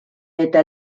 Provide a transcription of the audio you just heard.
eta